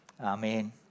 Amen